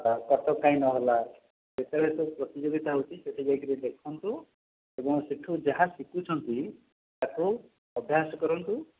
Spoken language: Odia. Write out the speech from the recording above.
କଟକ କାଇଁ ନ ହେଲା ଯେତେବେଳେ ସେ ପ୍ରତିଯୋଗିତା ହେଉଛି ସେଇଠି ଯାଇକରି ଦେଖନ୍ତୁ ଏବଂ ସେଇଠୁ ଯାହା ଶିଖୁଛନ୍ତି ତାକୁ ଅଭ୍ୟାସ କରନ୍ତୁ